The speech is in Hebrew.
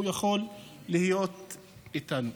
הוא יכול להיות איתנו.